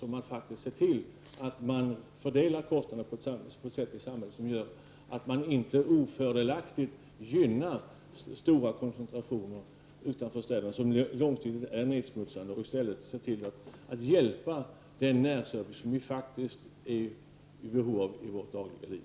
Man måste se till att man fördelar kostnaderna i samhället på ett sätt som gör att man inte otillbörligt gynnar stora koncentrationer utanför städerna som långsiktigt är nedsmutsande i stället för att se till att hjälpa den närservice som vi är i behov av i vårt dagliga liv.